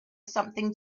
something